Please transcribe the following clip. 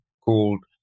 called